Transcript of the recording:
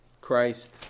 Christ